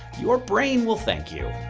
your brain will thank you!